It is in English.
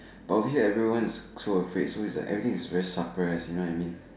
but over here everyone is so afraid everyone is very suppressed you know what I mean